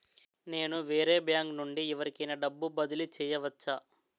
నేను వేరే బ్యాంకు నుండి ఎవరికైనా డబ్బు బదిలీ చేయవచ్చా?